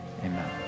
Amen